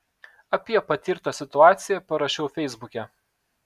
apie patirtą situaciją parašiau feisbuke